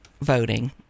voting